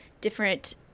different